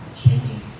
changing